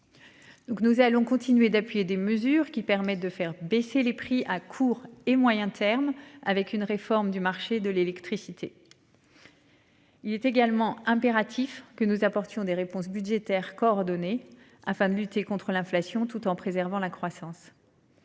nous allons continuer d'appuyer des mesures qui permettent de faire baisser les prix à court et moyen terme, avec une réforme du marché de l'électricité.-- Il est également impératif que nous apportions des réponses budgétaires coordonnées afin de lutter contre l'inflation tout en préservant la croissance.--